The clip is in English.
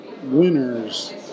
winners